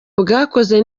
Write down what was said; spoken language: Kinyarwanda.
bwakozwe